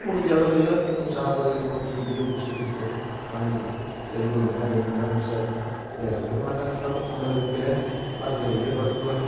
முடிஞ்சளவுக்கு எதோ நம்ம சாப்பாடு கீப்பாடு டீ கீயோ பிஸ்கெட் கிஸ்கெட்டு வாங்கி கொடுத்து எந்திருமா என்னமான்னு விசாரிச்சால் பேசவே மாட்டாங்க பாவம் மன விரக்தியில மரத்துக்கு அடியிலேயே படுத்துக்குவாங்க